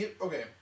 Okay